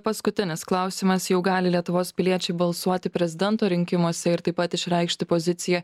paskutinis klausimas jau gali lietuvos piliečiai balsuoti prezidento rinkimuose ir taip pat išreikšti poziciją